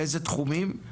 לאיזה תחומים?